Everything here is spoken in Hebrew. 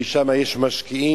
כי שם יש משקיעים,